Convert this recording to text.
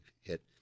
hit